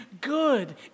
good